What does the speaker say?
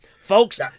Folks